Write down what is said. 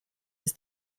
his